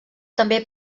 també